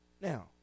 Now